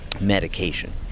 Medication